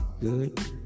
good